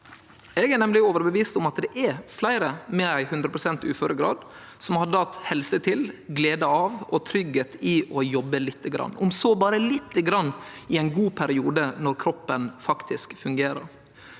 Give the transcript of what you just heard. nemleg overtydd om at det er fleire med 100 pst. uføregrad som hadde hatt helse til, glede av og tryggleik i å jobbe lite grann, om så berre litt i ein god periode når kroppen faktisk fungerer.